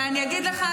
ואני אגיד לך,